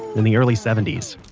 in the early seventy s